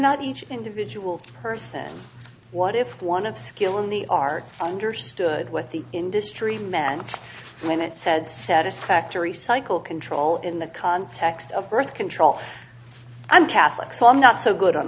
not each individual person what if one of skill in the art understood what the industry man when it said satisfactory cycle control in the context of birth control i'm catholic so i'm not so good on